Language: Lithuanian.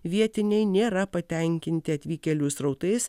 vietiniai nėra patenkinti atvykėlių srautais